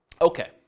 Okay